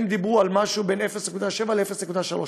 הם דיברו על משהו בין 0.7% ל-0.3%.